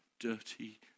dirty